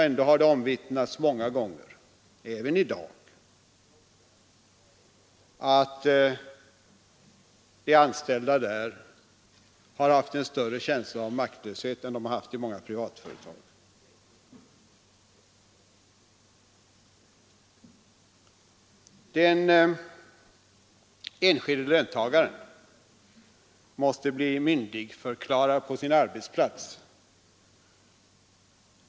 Ändå har det många gånger omvittnats, även i dag, att de anställda där har haft en större känsla av maktlöshet än de anställda i många privatföretag haft. Den enskilde löntagaren måste bli myndigförklarad på sin arbetsplats.